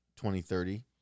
2030